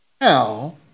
Now